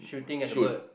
shoot